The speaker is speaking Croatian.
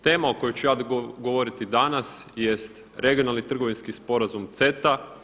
Tema o kojoj ću ja govoriti danas jest regionalni trgovinski sporazum CETA.